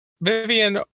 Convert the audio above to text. Vivian